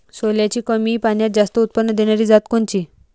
सोल्याची कमी पान्यात जास्त उत्पन्न देनारी जात कोनची?